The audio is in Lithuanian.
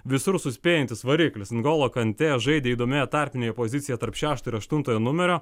visur suspėjantis variklis ngolo kantė žaidė įdomioje tarpinėj pozicijoj tarp šešto ir aštuntojo numerio